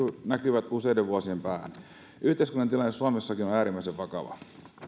näkyvät useiden vuosien päähän yhteiskunnallinen tilanne suomessakin on äärimmäisen vakava